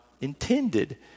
intended